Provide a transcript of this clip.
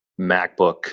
MacBook